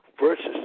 versus